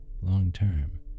long-term